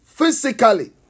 Physically